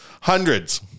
Hundreds